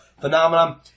Phenomenon